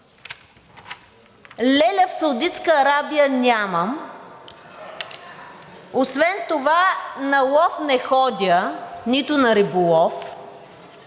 леля в Саудитска Арабия нямам. Освен това на лов не ходя, нито на риболов,